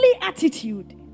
attitude